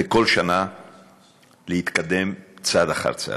וכל שנה להתקדם צעד אחר צעד.